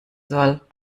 soll